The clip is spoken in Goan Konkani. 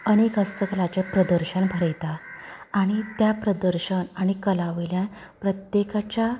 अनेक हस्तकलांचें प्रदर्शन भरयता आनी त्या प्रदर्शन आनी कला वयल्यान प्रत्येकाच्या